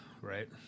right